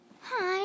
Hi